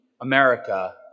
America